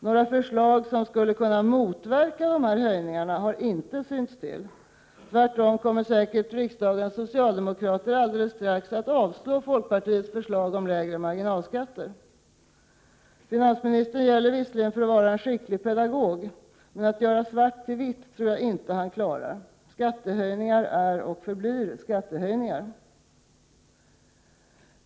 Några förslag som skulle kunna motverka dessa höjningar har inte synts till — tvärtom kommer säkert riksdagens socialdemokrater strax att avslå folkpartiets förslag på lägre marginalskatter. Finansministern gäller visserligen för att vara en skicklig pedagog, men att göra svart till vitt tror jag inte han klarar. Skattehöjningar är och förblir skattehöjningar!